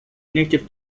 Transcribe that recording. native